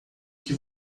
que